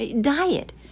Diet